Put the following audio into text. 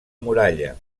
muralla